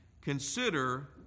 Consider